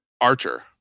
Archer